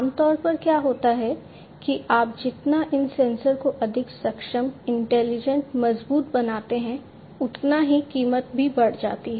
आमतौर पर क्या होता है कि आप जितना इन सेंसर को अधिक सक्षम इंटेलिजेंट मजबूत बनाते हैं उतना ही कीमत भी बढ़ जाती है